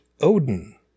Odin